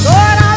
Lord